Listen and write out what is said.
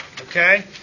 Okay